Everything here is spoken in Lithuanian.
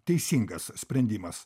teisingas sprendimas